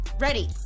Ready